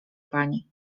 pani